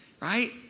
right